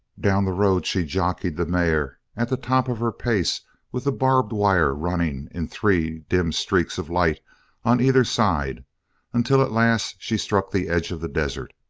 down the road she jockeyed the mare at the top of her pace with the barbed wire running in three dim streaks of light on either side until at last she struck the edge of the desert.